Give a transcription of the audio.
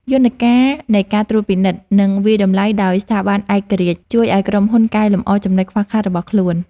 យន្តការនៃការត្រួតពិនិត្យ និងវាយតម្លៃដោយស្ថាប័នឯករាជ្យជួយឱ្យក្រុមហ៊ុនកែលម្អចំណុចខ្វះខាតរបស់ខ្លួន។